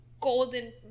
golden